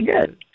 good